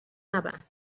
نبند